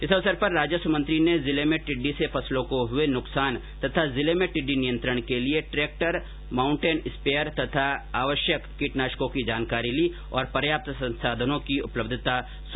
इस अवसर पर राजस्व मंत्री ने जिले में टिड्डी से फसलों को हुए नुकसान तथा जिले में टिड्डी नियंत्रण के लिए ट्रेक्टर ट्रेक्टर माउन्टेड स्प्रेयर तथा आवश्यक किटनाशनों की जानकारी ली और पर्याप्त संसाधनों की उपलब्धता सुनिश्चित करने को भी कहा